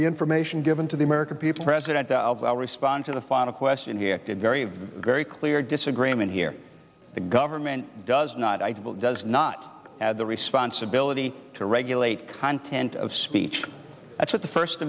the information given to the american people president i'll respond to the final question here did very very clear disagreement here the government does not does not have the responsibility to regulate content of speech that's what the first